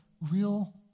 real